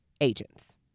agents